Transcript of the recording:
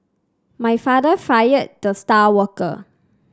my father fired the star worker